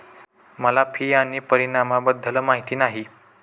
मला फी आणि परिणामाबद्दल माहिती नाही